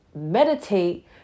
meditate